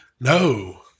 No